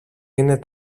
είναι